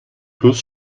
plus